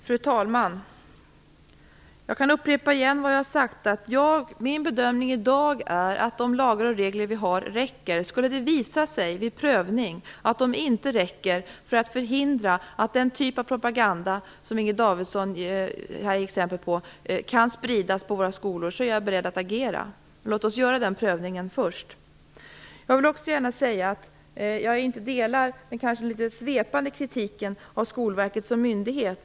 Fru talman! Jag kan upprepa vad jag har sagt: Min bedömning i dag är att de lagar och regler vi har räcker. Skulle det vid prövning visa sig att de inte räcker för att förhindra att den typ av propaganda, som Inger Davidson ger exempel på, kan spridas på våra skolor är jag beredd att agera. Låt oss göra den prövningen först. Jag delar inte den litet svepande kritiken av Skolverket som myndighet.